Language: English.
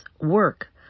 work